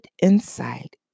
insight